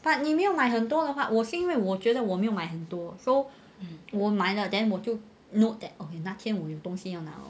but 你没有买很多的话我是因为我觉得我没有买很多 so 我买了 then 我就 note that okay 那天我有东西拿 lor